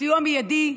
סיוע מיידי,